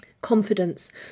Confidence